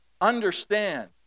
understand